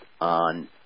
on